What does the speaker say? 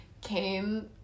came